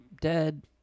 dead